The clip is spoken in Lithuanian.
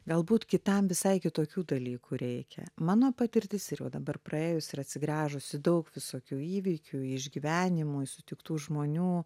galbūt kitam visai kitokių dalykų reikia mano patirtis ir jau dabar praėjus ir atsigręžus į daug visokių įvykių į išgyvenimų į sutiktų žmonių